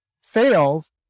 sales